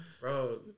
Bro